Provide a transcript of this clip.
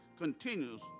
continues